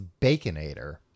baconator